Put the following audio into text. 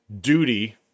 duty